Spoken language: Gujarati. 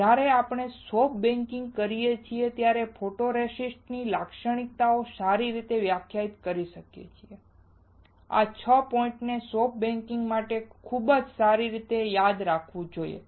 જ્યારે આપણે સોફ્ટ બેકિંગ કરીએ ત્યારે ફોટોરેસિસ્ટની લાક્ષણિકતાઓ સારી રીતે વ્યાખ્યાયિત કરી શકાય છે આ 6 પોઇન્ટ્સને સોફ્ટ બેકિંગ માટે ખૂબ જ સારી રીતે યાદ રાખવું જોઈએ